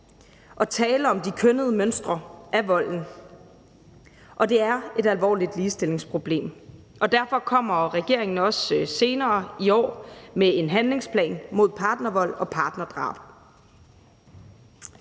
og tale om de kønnede mønstre af volden, som er et alvorligt ligestillingsproblem. Derfor kommer regeringen også senere i år med en handlingsplan mod partnervold og partnerdrab.